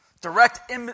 Direct